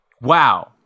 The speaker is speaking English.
wow